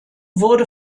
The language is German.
wurde